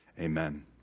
Amen